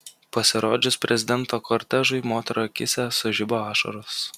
pasirodžius prezidento kortežui moterų akyse sužibo ašaros